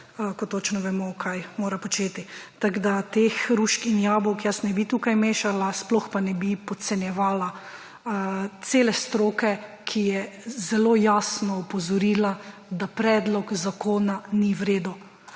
ko točno vemo, kaj mora početi. Tako, da teh hrušk in jabolk jaz nebi tukaj mešala. Sploh pa nebi podcenjevala cele stroke, ki je zelo jasno opozorila, da predlog zakona ni v redu.